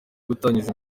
gutangiza